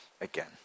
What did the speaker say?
again